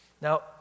Now